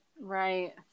Right